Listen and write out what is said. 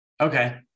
Okay